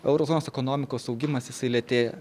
euro zonos ekonomikos augimas jisai lėtėja